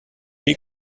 est